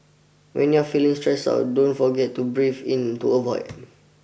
when you are feeling stressed out don't forget to breathe into a void